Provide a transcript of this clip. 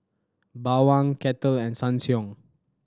Bawang Kettle and Ssangyong